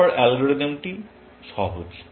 তারপর অ্যালগরিদমটি সহজ